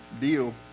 deal